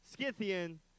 Scythian